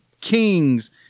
kings